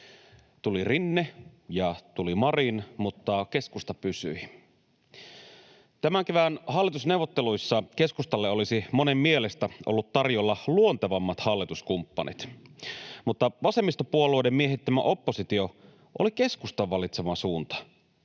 Tuli Rinne ja tuli Marin, mutta keskusta pysyi. Tämän kevään hallitusneuvotteluissa keskustalle olisi monen mielestä ollut tarjolla luontevammat hallituskumppanit, mutta vasemmistopuolueiden miehittämä oppositio oli keskustan valitsema suunta